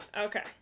Okay